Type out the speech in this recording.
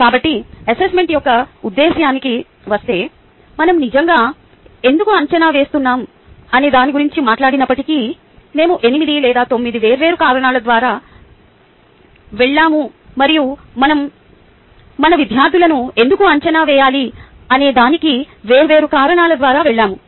కాబట్టి అసెస్మెంట్ యొక్క ఉద్దేశ్యానికి వస్తే మనం నిజంగా ఎందుకు అంచనా వేస్తున్నాం అనే దాని గురించి మాట్లాడినప్పటికీ మేము 8 లేదా 9 వేర్వేరు కారణాల ద్వారా వెళ్ళాము మరియు మనం మన విద్యార్థులను ఎందుకు అంచనా వేయాలి అనేదానికి వేర్వేరు కారణాల ద్వారా వెళ్ళాము